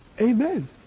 amen